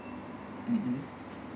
mmhmm